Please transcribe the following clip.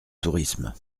tourisme